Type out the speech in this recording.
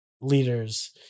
leaders